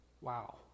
Wow